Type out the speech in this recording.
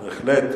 בהחלט.